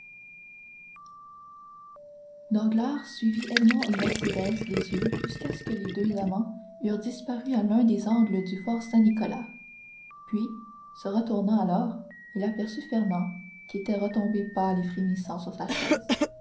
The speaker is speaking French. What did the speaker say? danglars suivit edmond et mercédès des yeux jusqu'à ce que les deux amants eussent disparu à l'un des angles du fort saint-nicolas puis se retournant alors il aperçut fernand qui était retombé pâle et frémissant sur sa chaise